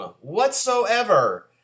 whatsoever